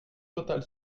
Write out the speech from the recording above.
totale